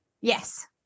Yes